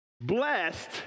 blessed